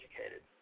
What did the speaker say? educated